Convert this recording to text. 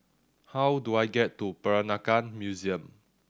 how do I get to Peranakan Museum